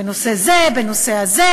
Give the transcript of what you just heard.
בנושא הזה,